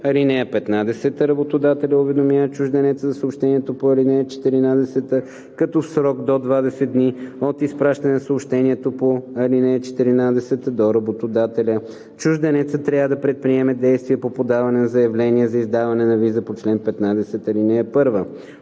Работодателят уведомява чужденеца за съобщението по ал. 12, като в срок до 20 дни от изпращане на съобщението по ал. 12 до работодателя чужденецът трябва да предприеме действия по подаване на заявление за издаване на виза по чл. 15, ал. 1.